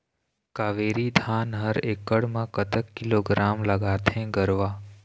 कावेरी धान हर एकड़ म कतक किलोग्राम लगाथें गरवा?